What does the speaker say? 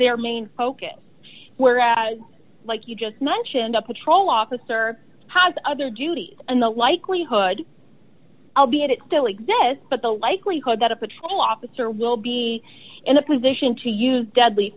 their main focus whereas like you just mentioned a patrol officer has other duties and the likelihood albeit it still exists but the likelihood that a patrol officer will be in a position to use deadly